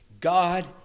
God